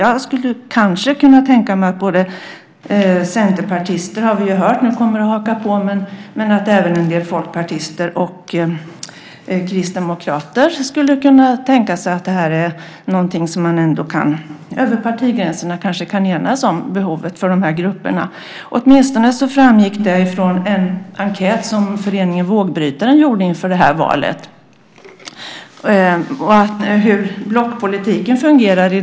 Jag skulle kunna tänka mig att vänsterpartister kommer att haka på den, och det har vi ju hört nu. Men även en del folkpartister och kristdemokrater kanske skulle kunna tänka sig att enas över partigränserna i frågan om behovet för den här gruppen. Åtminstone framgick det av en enkät som föreningen Vågbrytaren gjorde inför valet 2002.